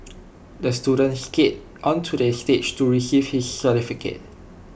the student skated onto the stage to receive his certificate